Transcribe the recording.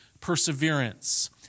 perseverance